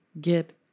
get